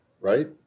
right